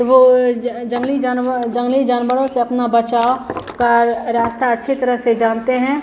वह जंगली जानवर जंगली जानवरों से अपने बचाव का रास्ता अच्छी तरह से जानते हैं